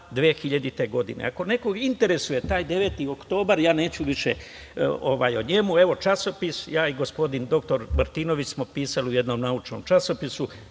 2000. godine. Ako nekog interesuje, taj 9. oktobar, ja neću više o njemu, evo časopis. Gospodin doktor Martinović smo pisali u jednom naučnom časopisu,